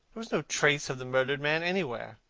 there was no trace of the murdered man anywhere.